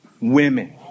Women